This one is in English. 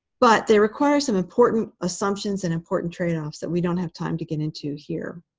but they require some important assumptions and important tradeoffs that we don't have time to get into here.